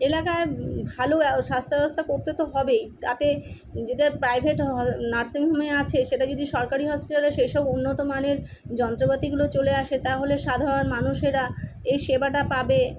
এলাকার ভালো স্বাস্থ্য ব্যবস্থা করতে তো হবেই তাতে যেটা প্রাইভেট হল নার্সিং হোমে আছে সেটা যদি সরকারি হসপিটালের শেষেও উন্নত মানের যন্ত্রপাতিগুলো চলে আসে তাহলে সাধারণ মানুষেরা এই সেবাটা পাবে